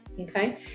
okay